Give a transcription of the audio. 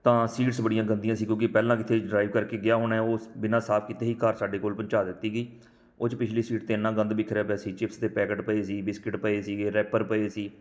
ਤਾਂ ਸੀਟਸ ਬੜੀਆਂ ਗੰਦੀਆਂ ਸੀ ਕਿਉਂਕਿ ਪਹਿਲਾਂ ਕਿਤੇ ਡਰਾਈਵ ਕਰਕੇ ਗਿਆ ਹੋਣਾ ਉਹ ਬਿਨਾ ਸਾਫ ਕੀਤੇ ਹੀ ਕਾਰ ਸਾਡੇ ਕੋਲ ਪਹੁੰਚਾ ਦਿੱਤੀ ਗਈ ਉਹ 'ਚ ਪਿਛਲੀ ਸੀਟ 'ਤੇ ਇੰਨਾ ਗੰਦ ਬਿਖਰਿਆ ਪਿਆ ਸੀ ਚਿਪਸ ਦੇ ਪੈਕਟ ਪਏ ਸੀ ਬਿਸਕਿਟ ਪਏ ਸੀਗੇ ਰੈਪਰ ਪਏ ਸੀ